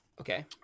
Okay